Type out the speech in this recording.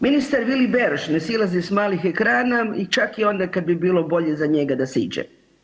Ministar Vili Beroš ne silazi s malih ekrana i čak i onda kad bi bilo bolje za njega da siđe.